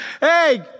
Hey